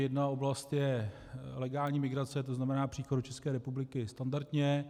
Jedna oblast je legální migrace, to znamená příchod do České republiky standardně.